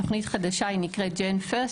תוכנית חדשה שנקראת ג'נפירסט,